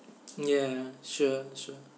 yeah sure sure